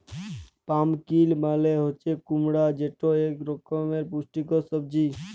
pumpkin মালে হছে কুমড়া যেট ইক রকমের পুষ্টিকর সবজি